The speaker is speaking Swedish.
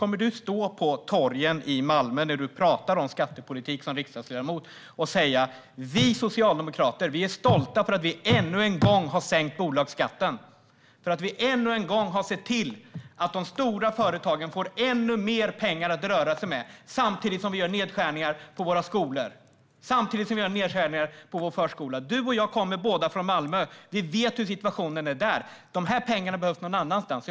Kommer du, som riksdagsledamot, att prata om skattepolitik på torgen i Malmö och säga: Vi socialdemokrater är stolta över att vi ännu en gång har sänkt bolagsskatten, över att vi ännu en gång har sett till att de stora företagen får ännu mer pengar att röra sig med samtidigt som vi gör nedskärningar på våra skolor och förskolor? Du och jag kommer båda från Malmö. Vi vet hur situationen är där. De här pengarna behövs någon annanstans.